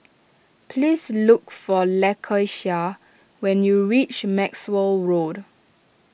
please look for Lakeisha when you reach Maxwell Road